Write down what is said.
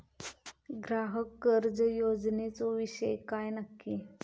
ग्राहक कर्ज योजनेचो विषय काय नक्की?